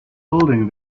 building